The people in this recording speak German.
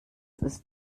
ist